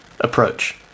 approach